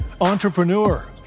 entrepreneur